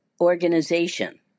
organization